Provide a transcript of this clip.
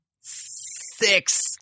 six